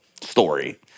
story